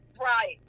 right